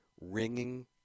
ringing